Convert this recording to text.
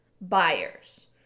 buyers